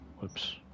whoops